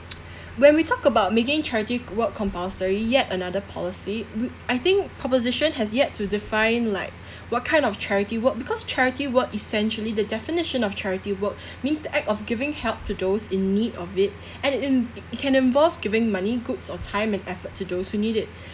when we talk about making charity work compulsory yet another policy w~ I think proposition has yet to define like what kind of charity work because charity work essentially the definition of charity work means the act of giving help to those in need of it and it it can involve giving money goods or time and effort to those who need it